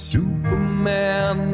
Superman